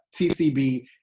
TCB